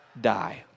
die